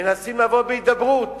מנסים לבוא בהידברות,